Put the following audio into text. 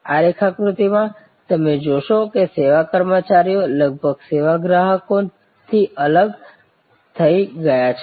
આ રેખાકૃતિમાં તમે જોશો કે સેવા કર્મચારીઓ લગભગ સેવા ગ્રાહકોથી અલગ થઈ ગયા છે